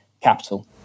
capital